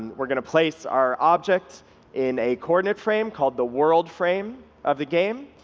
we're going to place our object in a coordinate frame called the world frame of the game,